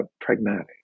pragmatic